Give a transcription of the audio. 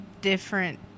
Different